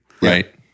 right